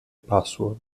password